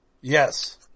Yes